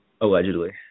Allegedly